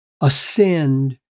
ascend